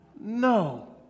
No